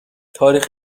تاریخ